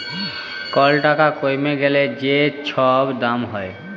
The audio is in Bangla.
কল টাকা কইমে গ্যালে যে ছব দাম হ্যয়